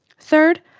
third,